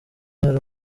hari